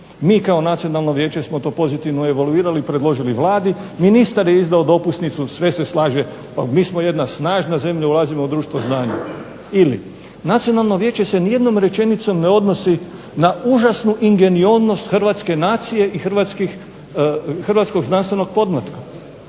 Mi kao Nacionalno vijeće smo to pozitivno evaluirali i predložili Vladi, ministar je izveo dopusnicu, sve se slaže. Pa mi smo jedna snažna zemlja, ulazimo u društvo znanja. Ili, Nacionalno vijeće se nijednom rečenicom ne odnosi na užasnu ingenioznost hrvatske nacije i hrvatskog znanstvenog pomlatka.